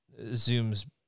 zooms